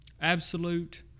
absolute